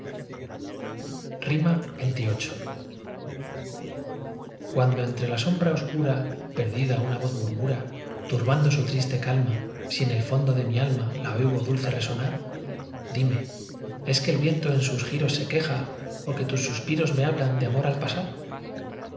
xxviii cuando entre la sombra oscura perdida una voz murmura turbando su triste calma si en el fondo de mi alma la oigo dulce resonar dime es que el viento en sus giros se queja ó que tus suspiros me hablan de amor al pasar